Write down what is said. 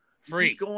Free